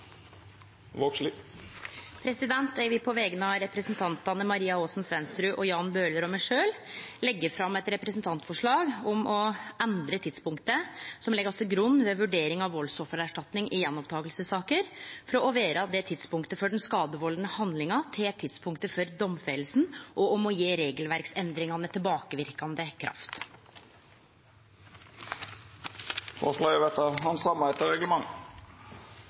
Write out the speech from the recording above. representantforslag. Eg vil på vegner av representantane Maria Aasen-Svensrud, Jan Bøhler og meg sjølv leggje fram eit representantforslag om å endre tidspunktet som blir lagt til grunn ved vurdering av valdsoffererstatning i gjenopptakingssaker, frå å vere tidspunktet for den skadevaldande handlinga til tidspunktet for domfellinga, og om å gje regelverksendringane tilbakeverkande kraft. Forslaget vil verta handsama etter